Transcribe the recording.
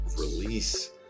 release